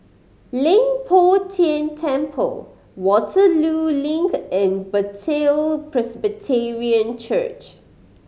Leng Poh Tian Temple Waterloo Link and Bethel Presbyterian Church